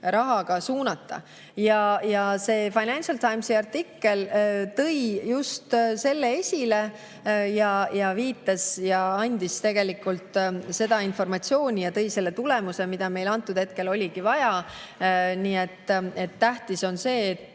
raha suunata. Financial Timesi artikkel tõi just selle esile ja andis tegelikult seda informatsiooni ning tõi kaasa selle tulemuse, mida meil antud hetkel oligi vaja. Tähtis on see, et